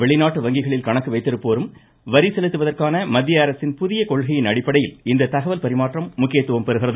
வெளிநாட்டு வங்கிகளில் கணக்கு வைத்திருப்போரும் வரி செலுத்துவதற்கான மத்தியஅரசின் புதிய கொள்கையின் அடிப்படையில் இந்த தகவல் பரிமாற்றம் முக்கியத்துவம் பெறுகிறது